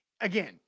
Again